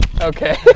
Okay